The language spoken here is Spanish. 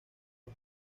los